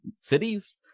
cities